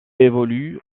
évolue